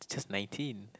just nineteen